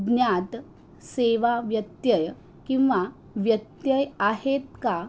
ज्ञात सेवा व्यत्यय किंवा व्यत्यय आहेत का